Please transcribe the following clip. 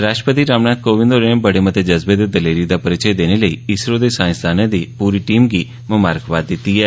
राष्ट्रपति रामनाथ कोविंद होरें बड़े मते जज्बे ते दलेरी दा परिचय देने लेई इसरो दे साईंसदानें दी पूरी टीम गी मुबारकबाद दित्ती ऐ